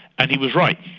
and he was right.